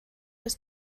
ist